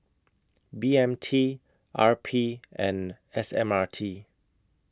B M T R P and S M R T